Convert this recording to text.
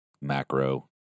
Macro